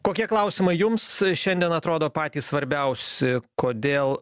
kokie klausimai jums šiandien atrodo patys svarbiausi kodėl